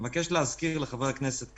אני מבקש להזכיר לחבר הכנסת כהנא,